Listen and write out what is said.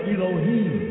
Elohim